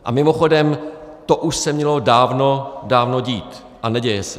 A mimochodem, to už se mělo dávno, dávno dít, a neděje se.